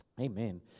Amen